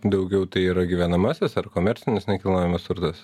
daugiau tai yra gyvenamasis ar komercinis nekilnojamas turtas